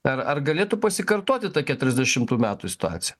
ar ar galėtų pasikartoti ta keturiasdešimų metų situacija